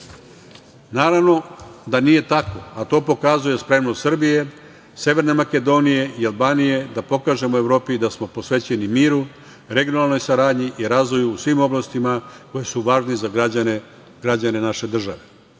sveta. Naravno da nije tako, a to pokazuje spremnost Srbije, Severne Makedonije i Albanije da pokažemo Evropi da smo posvećeni miru, regionalnoj saradnji i razvoju u svim oblastima koje su važne za građane naše države. Ovaj